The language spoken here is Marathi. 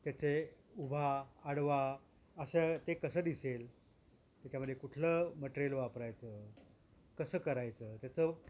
त्याचे उभा आडवा असं ते कसं दिसेल त्याच्यामध्ये कुठलं मटेरियल वापरायचं कसं करायचं त्याचं